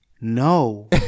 No